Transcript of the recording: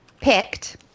picked